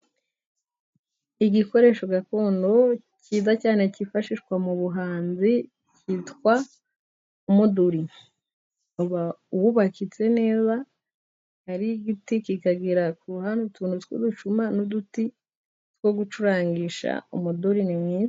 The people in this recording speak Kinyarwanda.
Igikoresho gakondo cyiza cyane cyifashishwa mu buhanzi cyitwa umuduri, wubakitse neza ari igiti kikagira ku ruhande utuntu tw'ibicuma n'uduti two gucurangisha umuduri ni mwiza.